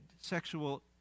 sexual